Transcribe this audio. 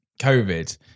covid